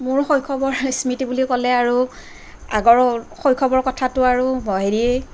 মোৰ শৈশৱৰ স্মৃতি বুলি ক'লে আৰু আগৰ শৈশৱৰ কথাটো আৰু